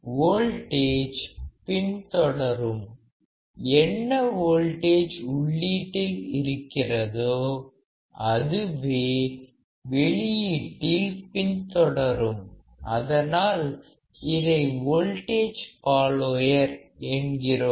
voltage பின்தொடரும் என்ன voltage உள்ளீட்டில் இருக்கிறதோ அதுவே வெளியீட்டில் பின்தொடரும் அதனால் இதை வோல்டேஜ் ஃபாலோயர் என்கிறோம்